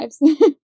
lives